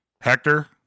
Hector